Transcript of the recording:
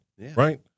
Right